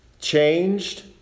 changed